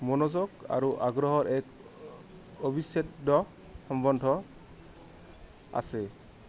মনোযোগ আৰু আগ্ৰহৰ এক অভিচ্চেদ্য সম্বন্ধ আছে